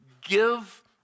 give